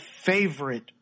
favorite